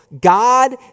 God